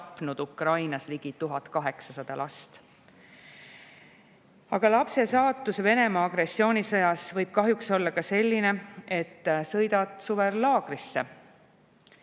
Ukrainas ligi 1800 last. Aga lapse saatus Venemaa agressioonisõjas võib kahjuks olla ka selline, et sõidad suvel laagrisse,